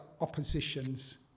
oppositions